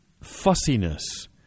fussiness